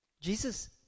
Jesus